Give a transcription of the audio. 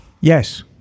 Yes